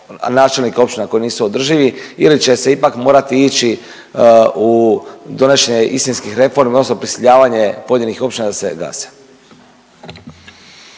načelnika općina koje nisu održivi ili će se ipak morati ići u donošenje istinskih reformi odnosno prisiljavanje pojedinih općina da se gase?